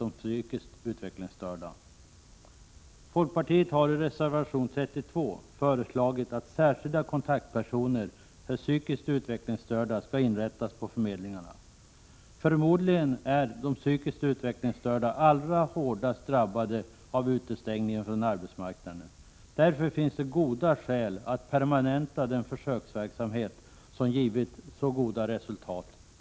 de psykiskt utvecklingsstörda. Folkpartiet har i reservation 32 föreslagit att särskilda kontaktpersoner för psykiskt utvecklingsstörda skall inrättas på förmedlingarna. Förmodligen är de psykiskt utvecklingsstörda allra hårdast drabbade av utestängningen från arbetsmarknaden. Därför finns det goda skäl att permanenta den försöksverksamhet som tidigare gett så goda resultat.